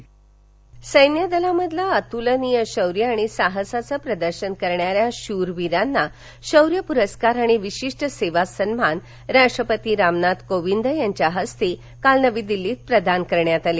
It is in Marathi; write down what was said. शौर्य परस्कार सैन्य दलामध्ये अतूलनीय शौर्य आणि साहसाचं प्रदर्शन करणाऱ्या शुर वीरांना शौर्य प्रस्कार आणि विशिष्ट सेवा सन्मान राष्ट्रपती रामनाथ कोविंद यांच्या हस्ते काल नवी दिल्लीत प्रदान करण्यात आले